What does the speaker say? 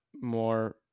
more